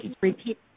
repeat